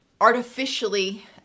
artificially